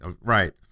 right